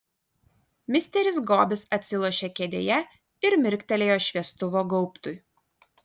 misteris gobis atsilošė kėdėje ir mirktelėjo šviestuvo gaubtui